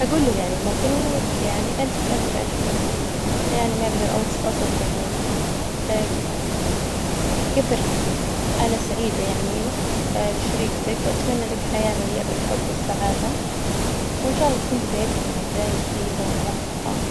أجول له يعني مبروك يعني ألف ألف ألف مبروك، يعني ما أجدر أو- أصف يعني كثر أنا سعيدة يعني لشريكتك، وأتمنى لك حياة مليئة بالحب والسعادة، وإن شاء الله تكون بدايتهم يعني بداية جديدة وموفقة،